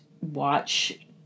watch